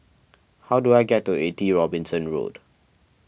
how do I get to eighty Robinson Road